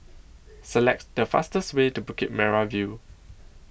Select The fastest Way to Bukit Merah View